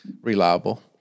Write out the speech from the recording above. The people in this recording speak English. reliable